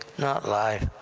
not life,